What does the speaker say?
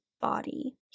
body